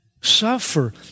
Suffer